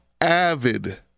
avid